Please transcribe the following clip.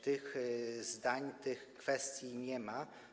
Tych zdań, tych kwestii nie ma.